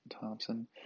Thompson